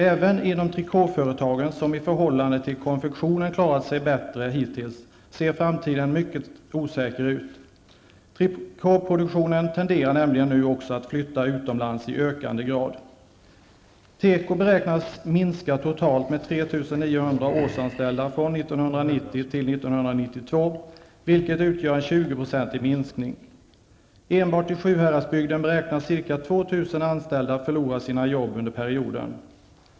Även inom trikåföretagen, som i förhållande till konfektionsföretag klarat sig bättre hittills, ser framtiden mycket osäker ut. Trikåproduktionen tenderar nämligen också att flyttas utomlands i ökande grad. Inom teko beräknas sysselsättningen minska totalt med 3 900 årsanställda från 1990 till 1992, vilket utgör en 20-procentig minskning. Enbart i Sjuhäradsbygden beräknas ca 2 000 anställda förlora sina jobb under perioden.